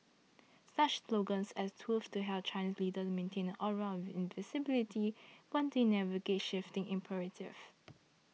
such slogans as tools to help Chinese leaders maintain an aura of invincibility while they navigate shifting imperatives